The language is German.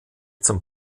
zum